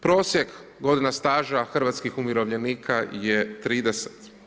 Prosjek godina staža hrvatskih umirovljenika je 30.